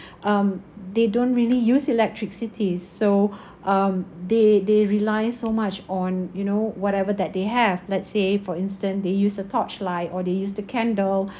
um they don't really use electricity so um they they rely so much on you know whatever that they have let's say for instance they use a torch light or they use the candle